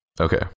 Okay